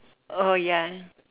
oh ya